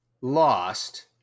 lost